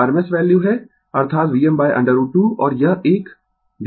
यह rms value है अर्थात Vm√ 2 और यह एक भी यह कोण है 90 o